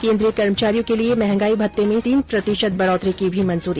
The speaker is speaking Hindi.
केंद्रीय कर्मचारियों के लिए महंगाई भत्ते में तीन प्रतिशत बढोत्तरी की भी मंजूरी